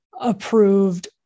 approved